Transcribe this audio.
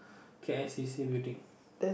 K_L C_C building